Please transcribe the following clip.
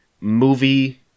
movie